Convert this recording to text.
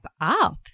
up